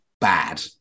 bad